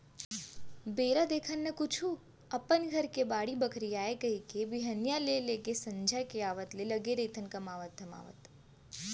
बेरा देखन न कुछु अपन घर के बाड़ी बखरी आय कहिके बिहनिया ले लेके संझा के आवत ले लगे रहिथन कमावत धमावत